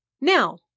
Now